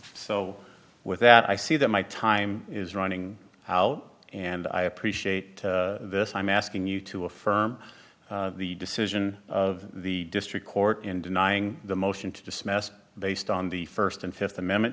so with that i see that my time is running out and i appreciate this i'm asking you to affirm the decision of the district court in denying the motion to dismiss based on the st and th amendment